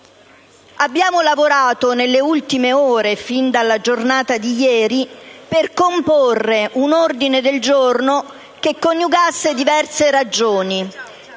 Abbiamo lavorato nelle ultime ore e fin dalla giornata di ieri per comporre un ordine del giorno che coniugasse diverse ragioni